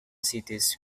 cities